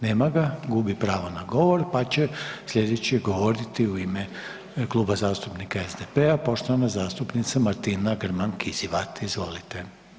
Nema ga, gubi pravo na govor pa će slijedeće govoriti u ime Kluba zastupnika SDP-a, poštovana zastupnica Martina Grman Kizivat, izvolite.